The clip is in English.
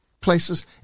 places